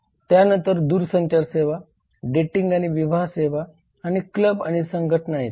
त्यानंतर दूरसंचार सेवा डेटिंग आणि विवाह सेवा आणि क्लब आणि संघटना येतात